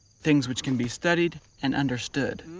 things which can be studied and understood.